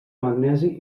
magnesi